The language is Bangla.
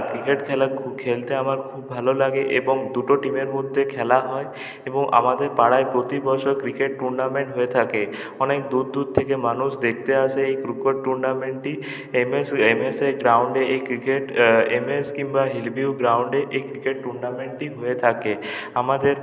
ক্রিকেট খেলা খেলতে আমার খুব ভালো লাগে এবং দুটো টিমের মধ্যে খেলা হয় এবং আমাদের পাড়ায় প্রতি বছর ক্রিকেট টুর্নামেন্ট হয়ে থাকে অনেক দূর দূর থেকে মানুষ দেখতে আসে এই ক্রিকেট টুর্নামেন্টটি এমএস এমএসএ গ্রাউন্ডে এই ক্রিকেট এমএসএ কিংবা হিলভিউ গ্রাউন্ডে এই ক্রিকেট টুর্নামেন্টটি হয়ে থাকে আমাদের